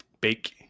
Bake